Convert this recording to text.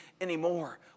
anymore